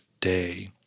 day